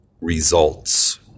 results